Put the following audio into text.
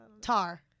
Tar